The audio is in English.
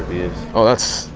oh that's,